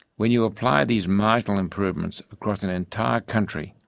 when you apply these marginal improvements across an entire country,